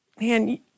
man